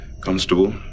Constable